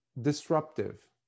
disruptive